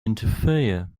interfere